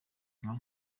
nka